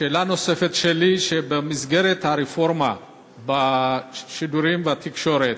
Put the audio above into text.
שאלה נוספת שלי: במסגרת הרפורמה בשידורים ובתקשורת,